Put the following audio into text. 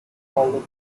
hall